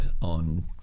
on